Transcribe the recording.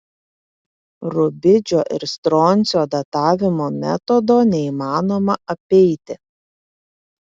rubidžio ir stroncio datavimo metodo neįmanoma apeiti